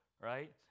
right